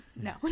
No